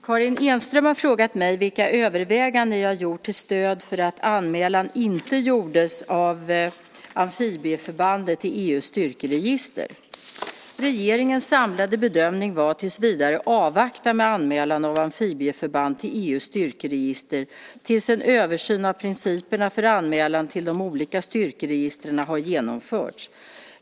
Herr talman! Karin Enström har frågat mig vilka överväganden jag har gjort till stöd för att anmälan inte gjordes av amfibieförbandet till EU:s styrkeregister. Regeringens samlade bedömning var att tills vidare avvakta med anmälan av amfibieförband till EU:s styrkeregister tills en översyn av principerna för anmälan till de olika styrkeregistren har genomförts.